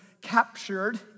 captured